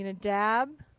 and dab